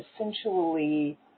essentially